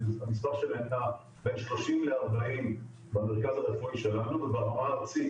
מספר שנע בין שלושים לארבעים במרכז הרפואי שלנו וברמה הארצית